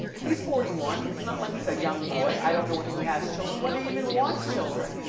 he's forty one, it's not like he's a young boy. i don't know whether he has children, whether he even wants children.